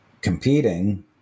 competing